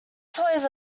toys